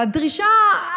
והדרישה,